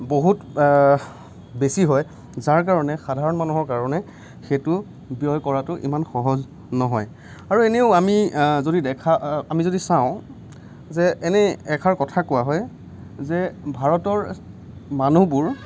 বহুত বেছি হয় যাৰ কাৰণে সাধাৰণ মানুহৰ কাৰণে সেইটো ব্য়য় কৰাটো ইমান সহজ নহয় আৰু এনেও আমি যদি দেখা আমি যদি চাওঁ যে এনেই এষাৰ কথা কোৱা হয় যে ভাৰতৰ মানুহবোৰ